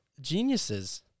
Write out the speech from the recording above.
geniuses